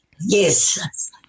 Yes